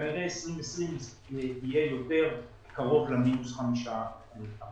כנראה 2020 יהיה יותר קרוב למינוס חמישה אחוזים.